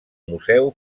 museu